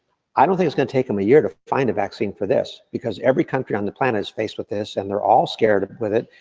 i don't think it's gonna take them a year, to find a vaccine for this, because every country on the planet is faced with this, and they're all scared with it.